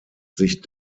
sich